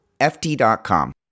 FT.com